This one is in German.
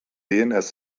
dns